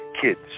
kids